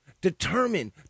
Determined